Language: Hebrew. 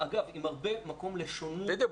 אגב עם הרבה מקום לשונות --- בדיוק,